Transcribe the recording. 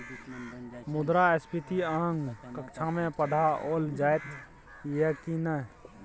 मुद्रास्फीति अहाँक कक्षामे पढ़ाओल जाइत यै की नै?